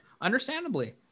understandably